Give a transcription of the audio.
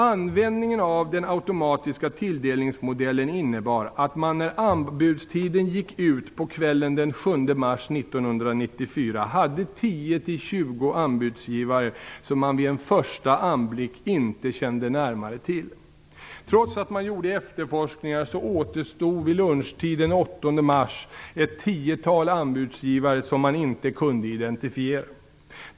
Användningen av modellen automatisk tilldelning innebar att man när anbudstiden gick ut på kvällen den 7 mars 1994 hade 10-20 anbudsgivare som man vid en första anblick inte kände närmare till. Trots att man gjorde efterforskningar återstod vid lunchtid den 8 mars ett tiotal anbudsgivare som man inte kunde identifiera.